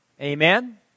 Amen